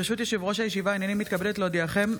ברשות יושב-ראש הישיבה, הינני מתכבדת להודיעכם,